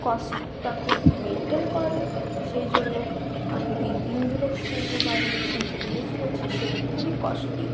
কস্টটা খুব মেনটেন করে সেই জন্য আমি ইন্দুলেখা শ্যাম্পু বা আমি যে শ্যাম্পুটা ইউজ করছি সেটি খুবই কস্টলি